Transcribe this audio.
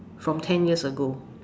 from ten years ago